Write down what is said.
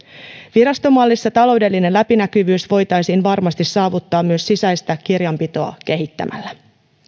virastomallissa taloudellinen läpinäkyvyys voitaisiin varmasti saavuttaa myös sisäistä kirjanpitoa kehittämällä